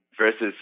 versus